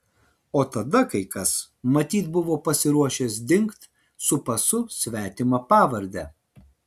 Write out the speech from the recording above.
o tada kai kas matyt buvo pasiruošęs dingt su pasu svetima pavarde